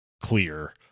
clear